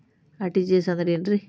RTGS ಅಂದ್ರ ಏನ್ರಿ?